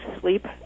sleep